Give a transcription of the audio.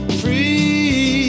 free